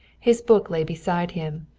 his book lay beside him,